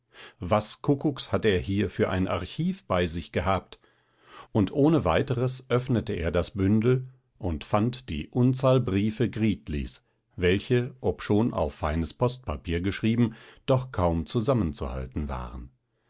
was kuckucks hat er hier für ein archiv bei sich gehabt und ohne weiteres öffnete er das bündel und fand die unzahl briefe gritlis welche obschon auf feines postpapier geschrieben doch kaum zusammenzuhalten waren